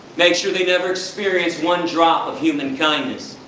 make sure they never experience one drop of human kindness,